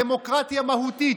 דמוקרטיה מהותית.